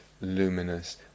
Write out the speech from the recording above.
luminous